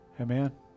Amen